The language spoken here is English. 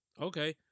Okay